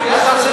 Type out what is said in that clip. ירושלים.